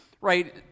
right